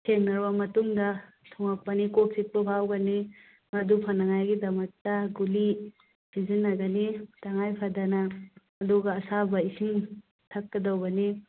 ꯊꯦꯡꯅꯕ ꯃꯇꯨꯡꯗ ꯊꯨꯡꯂꯛꯄꯅꯤ ꯀꯣꯛ ꯆꯤꯛꯄ ꯐꯥꯎꯒꯅꯤ ꯃꯗꯨ ꯐꯅꯉꯥꯏꯒꯤꯗꯃꯛꯇ ꯒꯨꯂꯤ ꯁꯤꯖꯤꯟꯅꯒꯅꯤ ꯇꯉꯥꯏꯐꯗꯅ ꯑꯗꯨꯒ ꯑꯁꯥꯕ ꯏꯁꯤꯡ ꯊꯛꯀꯗꯧꯕꯅꯤ